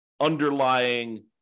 underlying